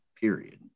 period